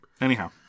Anyhow